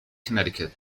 connecticut